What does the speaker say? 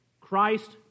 Christ